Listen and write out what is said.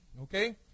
Okay